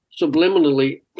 subliminally